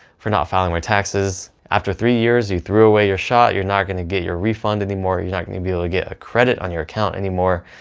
for not filing my taxes. after three years, you threw away your shot, you're not going to get your refund anymore, you're not going to be able to get a credit on your account anymore,